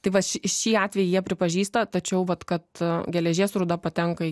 tai va šį šį atvejį jie pripažįsta tačiau vat kad geležies rūda patenka į